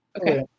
Okay